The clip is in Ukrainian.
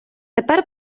тепер